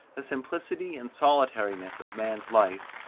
the simplicity and solitariness of man's life,